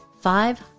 Five